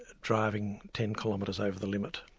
driving ten kilometres over the limit.